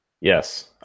Yes